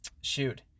Shoot